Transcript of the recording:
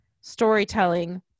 storytelling